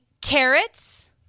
carrots